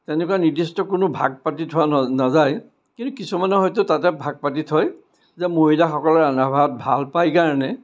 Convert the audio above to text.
তেনেকুৱা নিৰ্দিষ্ট কোনো ভাগ পাতি থোৱা না নাযায় কিন্তু কিছুমানে হয়তো তাতে ভাগ পাতি থয় যে মহিলা সকলে ৰন্ধা বঢ়া ভাল পায় কাৰণে